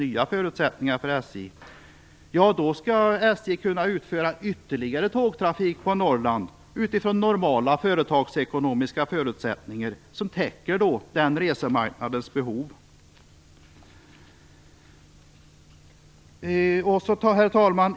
Dessa förutsättningar finns ju om kammaren går på det förslag som vi har att behandla under slutet av veckan under rubriken Nya förutsättningar för SJ. Herr talman!